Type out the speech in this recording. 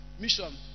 Mission